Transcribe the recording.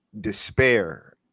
despair